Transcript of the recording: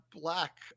black